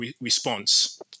response